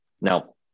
Now